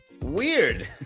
Weird